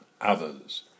others